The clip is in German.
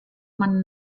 man